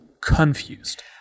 confused